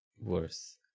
worse